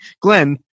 glenn